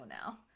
now